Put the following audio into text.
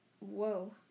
whoa